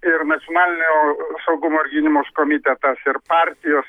ir nacionalinio saugumo ir gynybos komitetas ir partijos